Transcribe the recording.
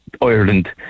Ireland